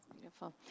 Beautiful